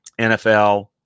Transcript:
NFL